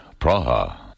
Praha